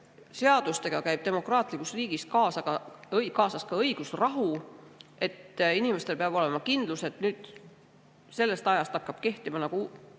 Seadustega käib demokraatlikus riigis kaasas ka õigusrahu, inimestel peab olema kindlus, et nüüd, sellest ajast hakkab kehtima nagu